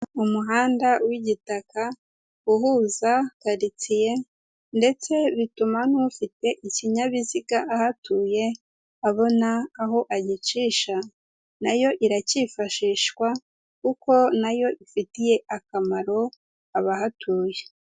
Umuhanda w'igitaka uhuza karitsiye ndetse bituma n'ufite ikinyabiziga ahatuye abona aho agicisha, nayo iracyifashishwa kuko nayo ifitiye akamaro abahatuye.